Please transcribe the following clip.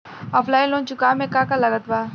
Offline loan चुकावे म का का लागत बा?